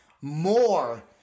more